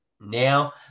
now